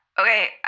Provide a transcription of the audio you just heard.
Okay